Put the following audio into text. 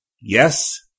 yes